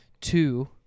Two